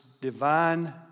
divine